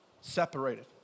separated